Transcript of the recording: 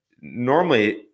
normally